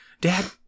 Dad